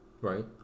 Right